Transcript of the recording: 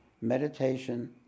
meditation